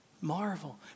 Marvel